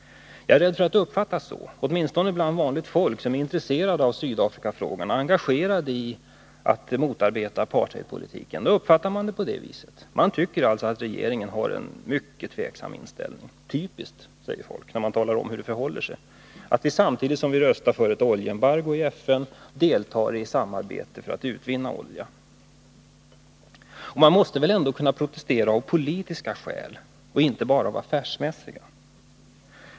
Jag är rädd för att det uppfattas så, åtminstone bland vanligt folk som är intresserat av Sydafrikafrågan och engagerade i att motarbeta apartheidpolitiken. De uppfattar det på det viset. De tycker alltså att regeringen har en mycket tvivelaktig inställning. Typiskt, säger folk, när man talar om hur det förhåller sig: att vi samtidigt som vi r oljeembargo i FN deltar i samarbete för att utvinna olja. Man måste väl ändå kunna protestera av politiska skäl, och inte bara av affärsmässiga.